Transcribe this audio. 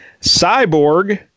Cyborg